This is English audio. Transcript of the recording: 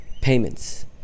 Payments